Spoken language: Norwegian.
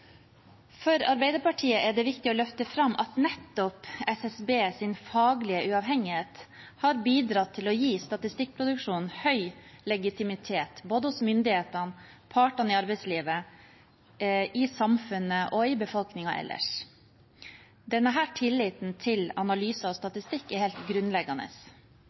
For Arbeiderpartiet er det viktig å løfte fram at nettopp SSBs faglige uavhengighet har bidratt til å gi statistikkproduksjonen høy legitimitet både hos myndighetene, hos partene i arbeidslivet, i samfunnet og i befolkningen ellers. Denne tilliten til analyser og statistikk er helt grunnleggende.